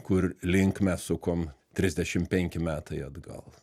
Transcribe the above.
kur link mes sukom trisdešim penki metai atgal